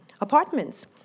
apartments